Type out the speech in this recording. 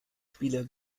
spieler